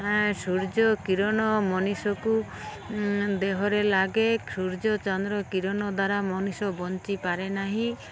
ସୂର୍ଯ୍ୟ କିରଣ ମଣିଷକୁ ଦେହରେ ଲାଗେ ସୂର୍ଯ୍ୟ ଚନ୍ଦ୍ର କିରଣ ଦ୍ୱାରା ମଣିଷ ବଞ୍ଚିପାରେ ନାହିଁ